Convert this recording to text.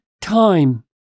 time